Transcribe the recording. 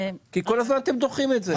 כל הזמן אתם דוחים את זה.